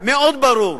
מאוד ברור.